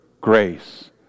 grace